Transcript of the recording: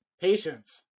Patience